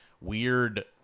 weird